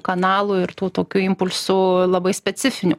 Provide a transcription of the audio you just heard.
kanalų ir tų tokių impulsų labai specifinių